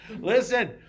Listen